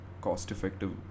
cost-effective